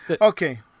Okay